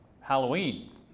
Halloween